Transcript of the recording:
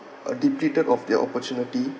uh depleted of their opportunity